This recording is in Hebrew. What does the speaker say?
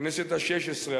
בכנסת השש-עשרה,